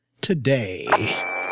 today